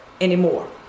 anymore